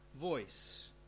voice